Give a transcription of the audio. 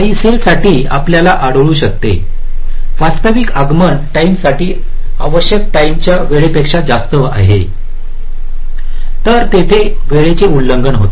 काही सेलसाठी आपल्याला आढळू शकते वास्तविक आगमन टाइम साठी आवश्यक टाइमच्या वेळेपेक्षा जास्त होत आहे तर तिथे वेळेचे उल्लंघन होते